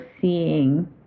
seeing